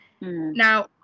now